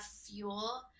fuel